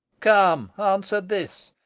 come, answer this,